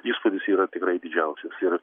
įspūdis yra tikrai didžiausias ir